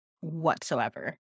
whatsoever